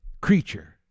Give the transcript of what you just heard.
creature